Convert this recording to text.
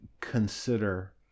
consider